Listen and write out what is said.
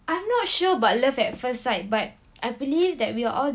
I'm not sure about love at first sight but I believe that we are all